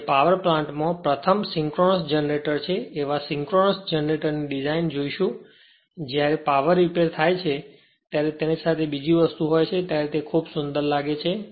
જે પાવર પ્લાન્ટમાં પ્રથમ સિંક્રનસ જનરેટર છે તેવા આ સિંક્રનસ જનરેટરની ડિઝાઇન જોઈશું જે જ્યારે રીપેર થાય છે અથવા તેની સાથે બીજી વસ્તુ હોય છે ત્ત્યારે તે ખૂબ સુંદર લાગે છે